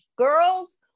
Girls